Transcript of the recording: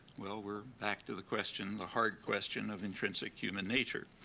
well, we're back to the question, the hard question of intrinsic human nature,